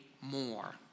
more